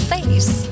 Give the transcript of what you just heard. face